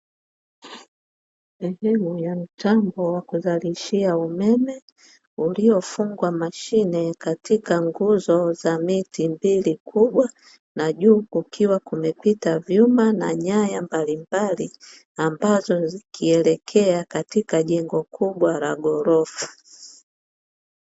Mtambo wa kuzalishia umeme uliofungwa mashine katika nguzo za mbili, miti huku kwa juu kukiwa kumepita vyuma na nyaya mbalimbali, ambazo zikiendelea katika jengo kubwa la ghorofa.